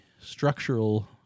structural